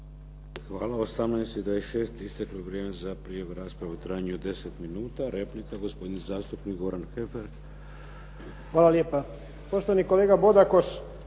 Hvala. 18 i 26 isteklo vrijeme za prijavu rasprave u trajanju od 10 minuta. Replika, gospodin zastupnik Goran Heffer. **Heffer, Goran (SDP)** Hvala lijepa. Poštovani kolega Bodakoš